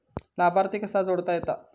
लाभार्थी कसा जोडता येता?